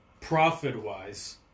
profit-wise